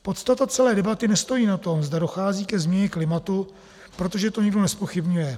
Podstata celé debaty nestojí na tom, zda dochází ke změně klimatu, protože to nikdo nezpochybňuje.